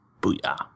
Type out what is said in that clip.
booyah